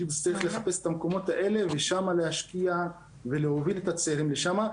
צריך לחפש את המקומות האלה ושם להשקיע ולהוביל את הצעירים לשם.